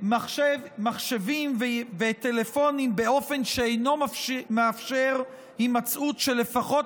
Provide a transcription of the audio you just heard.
מחשבים וטלפונים באופן שאינו מאפשר הימצאות של לפחות